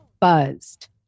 buzzed